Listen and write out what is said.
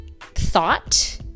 thought